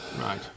Right